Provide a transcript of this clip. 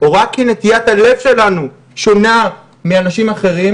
או רק כי נטיית הלב שלנו שונה מאנשים אחרים,